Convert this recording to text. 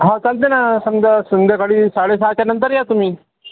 हा चालतं आहे ना संध्या संध्याकाळी साडेसहाच्यानंतर या तुम्ही